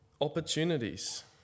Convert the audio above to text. opportunities